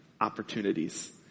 opportunities